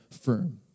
firm